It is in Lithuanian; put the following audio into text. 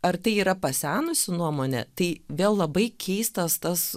ar tai yra pasenusi nuomonė tai vėl labai keistas tas